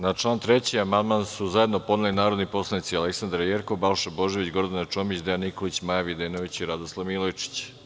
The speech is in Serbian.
Na član 3. amandman su zajedno podneli narodni poslanici Aleksandra Jerkov, Balša Božović, Gordana Čomić, Dejan Nikolić, Maja Videnović i Radoslav Milojičić.